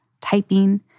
typing